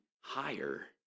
higher